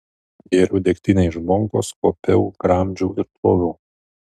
gėriau degtinę iš bonkos kuopiau gramdžiau ir ploviau